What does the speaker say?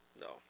No